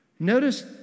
Notice